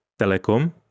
telecom